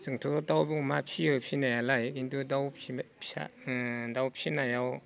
जोंथ' दाउ अमा फियो फिनायालाय खिन्थु दाउ फिनायाव